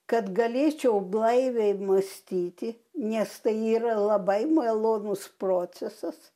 kad galėčiau blaiviai mąstyti nes tai yra labai malonus procesas